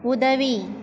உதவி